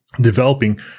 developing